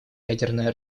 ядерное